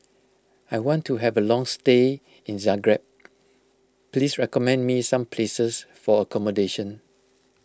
I want to have a long stay in Zagreb please recommend me some places for accommodation